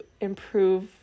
improve